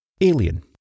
Alien